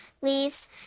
leaves